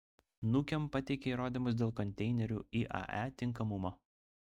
nukem pateikė įrodymus dėl konteinerių iae tinkamumo